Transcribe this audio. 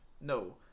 No